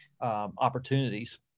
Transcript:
opportunities